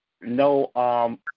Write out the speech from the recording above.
No